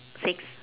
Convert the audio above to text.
six